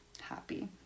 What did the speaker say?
happy